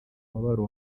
mubabaro